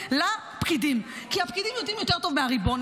לפקידים; הפקידים יודעים יותר טוב מהריבון.